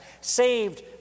saved